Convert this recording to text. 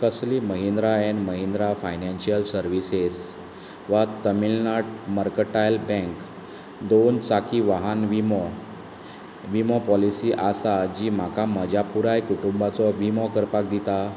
कसली Mahindra and Mahindra financial services वा Tamilnad mercantile bank दोन चाकी वाहन विमो विमो पॉलिसी आसा जी म्हाका म्हज्या पुराय कुटुंबाचो विमो करपाक दिता